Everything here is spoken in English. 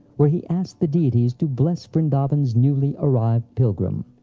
where he asked the deities to bless vrindavan's newly arrived pilgrim.